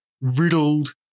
riddled